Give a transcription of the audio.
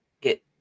get